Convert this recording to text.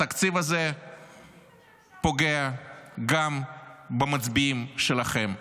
התקציב הזה פוגע גם במצביעים שלכם.